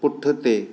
पुठिते